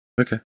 Okay